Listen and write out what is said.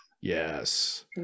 Yes